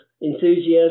enthusiasm